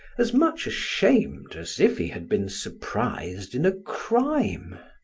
as much ashamed as if he had been surprised in a crime.